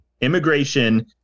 Immigration